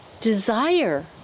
desire